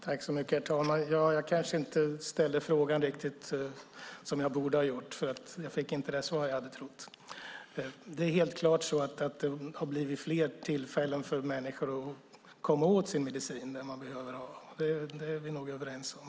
Herr talman! Jag kanske inte ställde frågan riktigt som jag borde ha gjort, för jag fick inte det svar som jag hade trott att jag skulle få. Det är helt klart så att det har blivit fler möjligheter för människor att komma åt medicin som de behöver ha. Det är vi nog överens om.